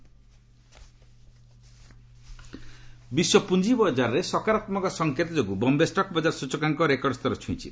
ସେନସେକ୍ନ ବିଶ୍ୱ ପୁଞ୍ଜିବଜାରରେ ସକାରାତ୍ମକ ସଂକେତ ଯୋଗୁଁ ବମ୍ଘେ ଷ୍ଟକ୍ ବଜାର ସୂଚକାଙ୍କ ରେକର୍ଡ ସ୍ତର ଛୁଇଁଛି